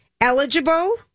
Eligible